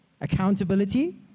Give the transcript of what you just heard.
Accountability